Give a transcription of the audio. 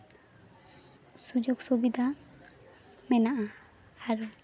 ᱥᱩᱡᱳᱜᱽ ᱥᱩᱵᱤᱫᱟ ᱢᱮᱱᱟᱜᱼᱟ ᱟᱨ